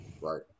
Right